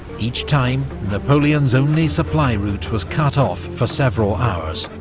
each time napoleon's only supply route was cut off for several hours,